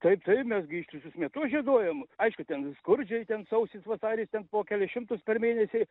taip taip mes gi ištisus metus žieduojam aišku ten skurdžiai ten sausis vasaris ten po kelis šimtus per mėnesį